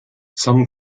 some